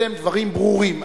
אלה דברים ברורים.